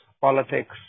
politics